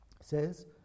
says